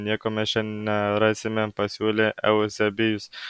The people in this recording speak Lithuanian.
nieko mes čia nerasime pasiūlė euzebijus